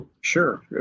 Sure